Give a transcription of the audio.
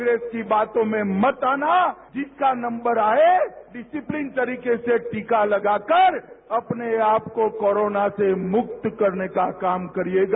कांग्रेस की बातों में मत आना जिसका नंबर आए डिसिपिलिन तरीके से टीका लगाकर अपने आप को कोरोना से मुक्त करने का काम करिएगा